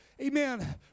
Amen